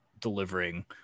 delivering